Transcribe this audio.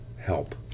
help